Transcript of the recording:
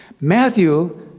Matthew